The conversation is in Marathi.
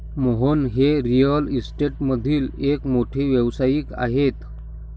मोहन हे रिअल इस्टेटमधील एक मोठे व्यावसायिक आहेत